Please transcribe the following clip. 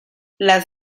las